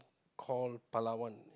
call Palawan